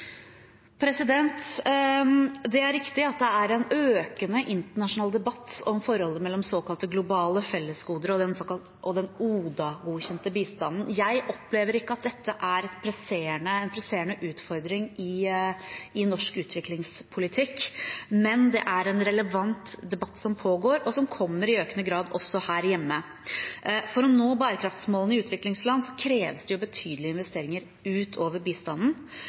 Det er riktig at det er en økende internasjonal debatt om forholdet mellom såkalte globale fellesgoder og den ODA-godkjente bistanden. Jeg opplever ikke at dette er en presserende utfordring i norsk utviklingspolitikk, men det er en relevant debatt som pågår, og som kommer i økende grad også her hjemme. For å nå bærekraftsmålene i utviklingsland kreves det betydelige investeringer utover bistanden.